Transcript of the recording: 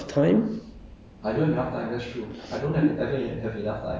but then don't you think you don't have enough time